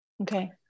Okay